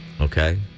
okay